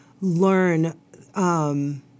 learn